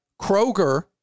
Kroger